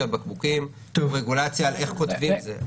על בקבוקים או רגולציה איך כותבים את זה,